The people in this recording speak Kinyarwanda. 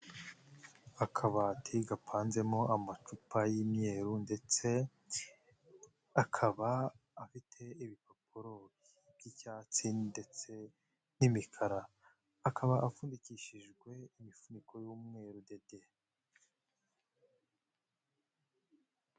Akabati gapanzemo amacupa y'imyeru ndetse akaba afite ibipapuro by'icyatsi ndetse n'imikara, akaba apfundikishijwe imifuniko y'umweru dede.